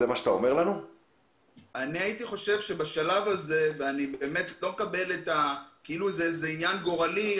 אני לא מקבל את ההנחה שהעניין הזה הוא כאילו איזה עניין גורלי.